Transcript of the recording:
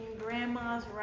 grandma's